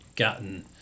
gotten